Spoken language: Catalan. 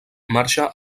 marxa